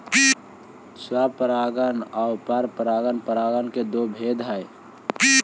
स्वपरागण आउ परपरागण परागण के दो भेद हइ